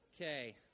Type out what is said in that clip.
Okay